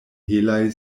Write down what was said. helaj